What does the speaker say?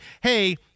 hey –